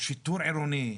שיטור עירוני,